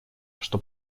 что